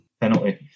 Penalty